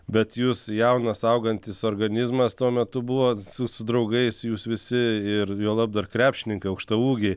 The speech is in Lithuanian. bet jūs jaunas augantis organizmas tuo metu buvot su su draugais jūs visi ir juolab dar krepšininkai aukštaūgiai